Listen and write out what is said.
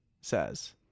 says